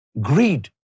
greed